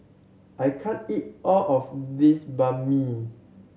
I can't eat all of this Banh Mi